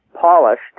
polished